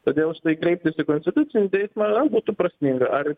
todėl štai kreiptis į konstitucinį teismą na būtų prasminga ar